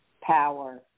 power